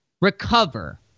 recover